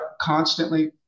constantly